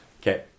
Okay